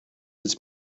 its